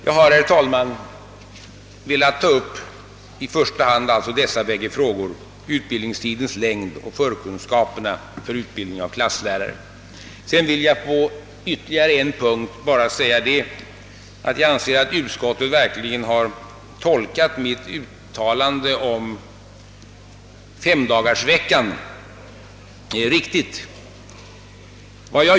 Jag har, herr talman, velat ta upp i första hand dessa två frågor, utbildningstidens längd och förkunskaperna för utbildning av klasslärare. Sedan vill jag på en ytterligare punkt bara säga att utskottet verkligen har tolkat mitt uttalande om femdagarsveckan riktigt.